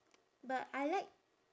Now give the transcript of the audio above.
but I like